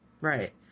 Right